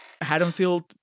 Haddonfield